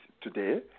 today